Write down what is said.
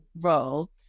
role